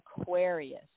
Aquarius